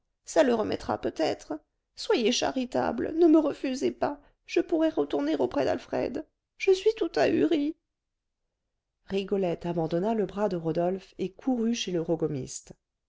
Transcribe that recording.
ça le remettra peut-être soyez charitable ne me refusez pas je pourrai retourner auprès d'alfred je suis tout ahurie rigolette abandonna le bras de rodolphe et courut chez le